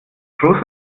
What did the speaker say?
großer